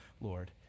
Lord